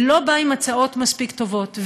ולא בא עם הצעות מספיק טובות.